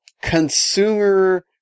consumer